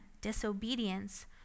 disobedience